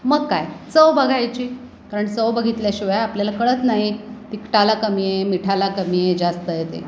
मग काय चव बघायची कारण चव बघितल्याशिवाय आपल्याला कळत नाही तिखटाला कमी आहे मिठाला कमी आहे जास्त आहे ते